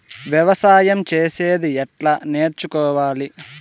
వ్యవసాయం చేసేది ఎట్లా నేర్చుకోవాలి?